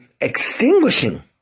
extinguishing